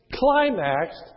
climaxed